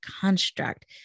construct